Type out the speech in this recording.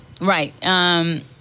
Right